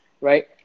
right